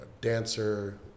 dancer